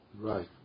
Right